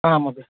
आम् महोदय